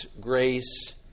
grace